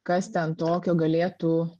kas ten tokio galėtų